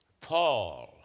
Paul